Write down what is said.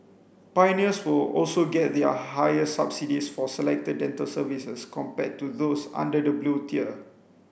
pioneers will also get their higher subsidies for selected dental services compared to those under the Blue tier